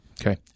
Okay